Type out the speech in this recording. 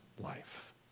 life